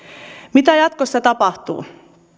mitä jatkossa tapahtuu